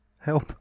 help